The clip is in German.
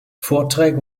vorträge